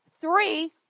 three